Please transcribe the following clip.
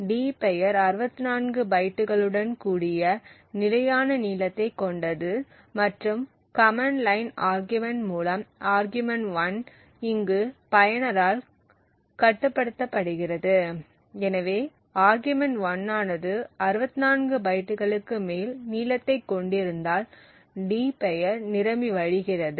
d பெயர் 64 பைட்டுகளுடன் கூடிய நிலையான நீளத்தைக் கொண்டது மற்றும் கமெண்ட் லைன் ஆர்கியூமென்ட் மூலம் ஆர்கியூமென்ட் 1 இங்கு பயனரால் கட்டுப்படுத்தப்படுகிறது எனவே ஆர்கியூமென்ட் 1 ஆனது 64 பைட்டுகளுக்கு மேல் நீளத்தைக் கொண்டிருந்தால் d பெயர் நிரம்பி வழிகிறது